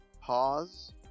pause